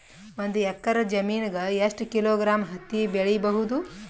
ಒಂದ್ ಎಕ್ಕರ ಜಮೀನಗ ಎಷ್ಟು ಕಿಲೋಗ್ರಾಂ ಹತ್ತಿ ಬೆಳಿ ಬಹುದು?